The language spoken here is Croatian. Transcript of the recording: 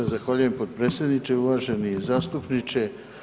Evo zahvaljujem potpredsjedniče, uvaženi zastupniče.